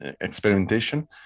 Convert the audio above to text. experimentation